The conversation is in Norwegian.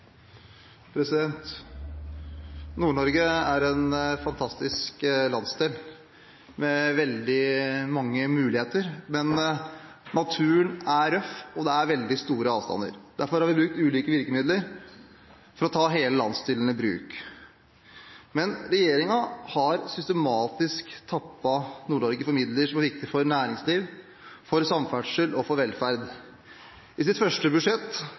en fantastisk landsdel med veldig mange muligheter, men naturen er røff, og det er veldig store avstander. Derfor har vi brukt ulike virkemidler for å ta hele landsdelen i bruk. Regjeringen har imidlertid systematisk tappet Nord-Norge for midler som er viktige for næringsliv, for samferdsel og for velferd. I sitt første budsjett